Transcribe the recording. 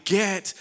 get